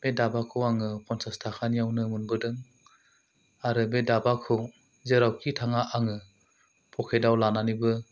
बे दाबाखौ आङो पन्चास ताकानियावनो मोनबोदों आरो बे दाबाखौ जेरावखि थाङा आङो पकेटआव लानानैबो